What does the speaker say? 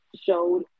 showed